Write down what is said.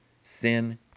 sin